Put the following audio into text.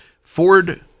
Ford